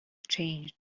changed